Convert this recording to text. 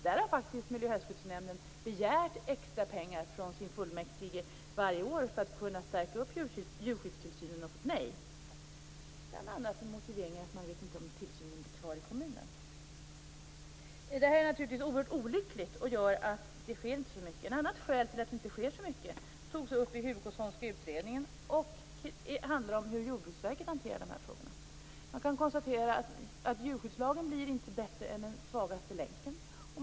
Miljö och hälsoskyddsnämnden har faktiskt varje år begärt extra pengar från sin fullmäktige för att kunna stärka djurskyddstillsynen, men fått nej bl.a. med motiveringen att man inte vet om tillsynen blir kvar i kommunen. Det här är naturligtvis oerhört olyckligt. Det gör att det inte sker så mycket. Ett annat skäl till att det inte sker så mycket togs upp i den Hugosonska utredningen och handlar om hur Jordbruksverket hanterar de här frågorna. Man kan konstatera att djurskyddslagen inte blir bättre än den svagaste länken.